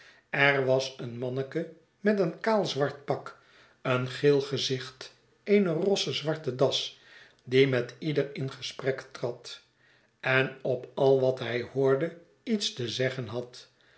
er was een manneke met een kaal zwart pak een geel gezicht eene rosse zwarte das die metieder in gesprek trad en op al wat hij hoorde iets te zeggen had